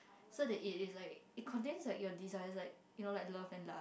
so the it is like it contains like your desires like you know like love and lust